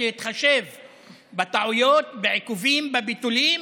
להתחשב בטעויות, בעיכובים, בביטולים